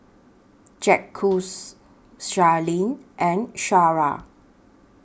Jacquez Sherlyn and Shara